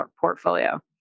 portfolio